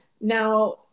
now